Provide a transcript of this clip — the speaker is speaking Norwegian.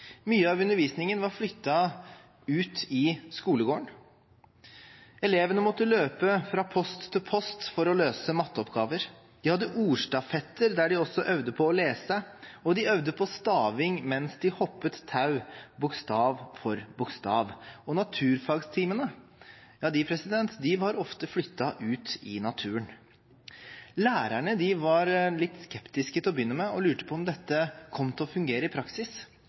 Mye av undervisningen var flyttet ut i skolegården. Elevene måtte løpe fra post til post for å løse matteoppgaver. De hadde ordstafetter der de også øvde på å lese, og de øvde på staving mens de hoppet tau, bokstav for bokstav. Naturfagtimene var ofte flyttet ut i naturen. Lærerne var litt skeptiske til å begynne med og lurte på om dette kom til å fungere i praksis.